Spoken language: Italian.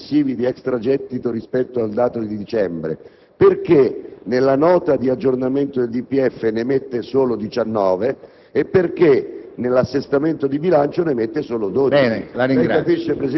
avendo lo stesso dichiarato 25 miliardi complessivi di extragettito rispetto al dato di dicembre, perché nella Nota di aggiornamento al DPEF ne mette solo 19 e perché